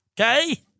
okay